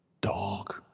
dog